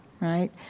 right